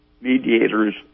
mediators